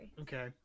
Okay